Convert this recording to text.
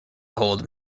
hold